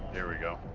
there we go.